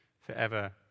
forever